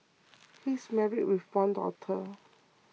he is married with one daughter